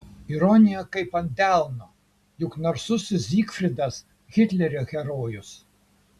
ironija kaip ant delno juk narsusis zygfridas hitlerio herojus